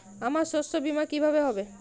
আমার শস্য বীমা কিভাবে হবে?